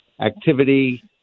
activity